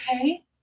okay